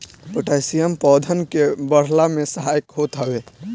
potassium पौधन के बढ़ला में सहायक होत हवे